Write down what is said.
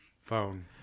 Phone